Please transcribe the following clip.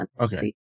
okay